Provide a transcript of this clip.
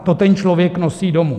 To ten člověk nosí domů.